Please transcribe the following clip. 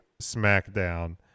SmackDown